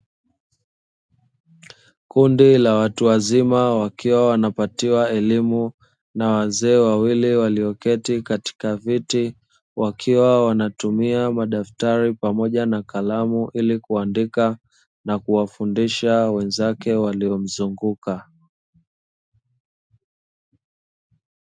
Kundi la watu wazima, wakiwa wanapatiwa elimu na wazee wawili walioketi katika viti, wakiwa wanatumia madaftari pamoja na kalamu ili kuandika na kuwafundisha wenzake waliomzunguka.